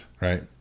Right